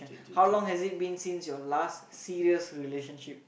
how long has it been since your last serious relationship